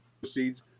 proceeds